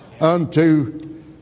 unto